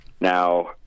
Now